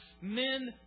Men